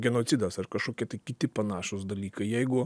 genocidas ar kažkokie kiti panašūs dalykai jeigu